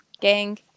gang